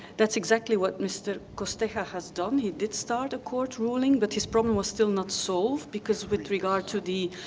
that's exactly what mr. costa here has done. he did start a court ruling, but his problem was still not solved because with regard to the